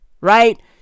right